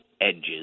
edges